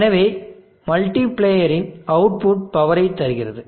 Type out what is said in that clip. எனவே மல்டிப்ளேயரின் அவுட்புட் பவரை தருகிறது